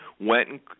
went